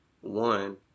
one